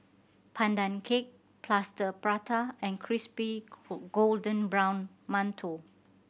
Pandan Cake Plaster Prata and crispy golden brown mantou